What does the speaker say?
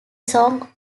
song